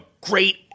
great